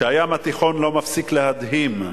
שהים התיכון לא מפסיק להדהים.